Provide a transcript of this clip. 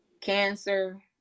cancer